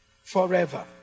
forever